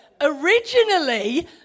originally